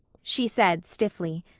she said stiffly.